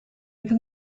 can